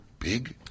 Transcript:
big